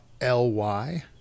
ly